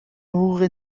حقوق